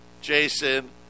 Jason